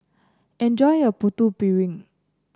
enjoy your Putu Piring